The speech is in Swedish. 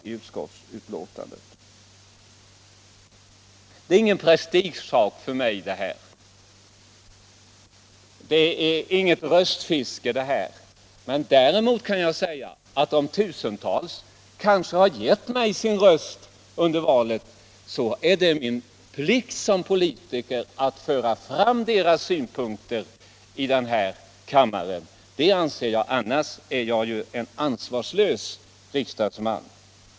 lingsmetoder inom Det här är ingen prestigesak för mig. Inte heller är det något röstfiske. — sjukvården, m.m. Men om tusentals personer givit mig sin röst i valet så är det min plikt som politiker att föra fram deras synpunkter här i kammaren. Annars är jag ju en ansvarslös riksdagsman.